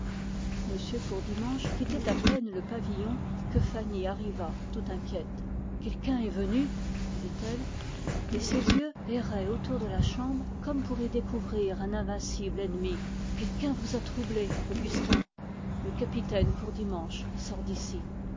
courdimanche quittait à peine le pavillon que fanny arriva tout inquiète quelqu'un est venu dit-elle et ses yeux erraient autour de la chambre comme pour y découvrir un ennemi quelqu'un vous a troublé augustin le capitaine courdimanche sort d'ici